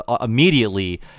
immediately